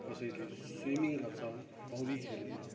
कसैले स्विमिङ गर्छ पौडी खेल्नु